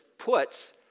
puts